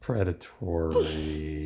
Predatory